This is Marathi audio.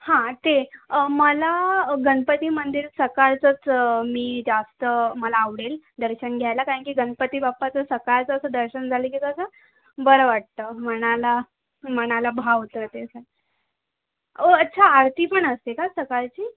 हां तेच मला गणपती मंदिर सकाळचंच मी जास्त मला आवडेल दर्शन घ्यायला कारण की गणपती बाप्पाचं सकाळचं असं दर्शन झालं की कसं बरं वाटतं मनाला मनाला भावतं ते असं ओह अच्छा आरती पण असते का सकाळची